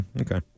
Okay